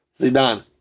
Zidane